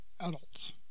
adults